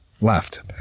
left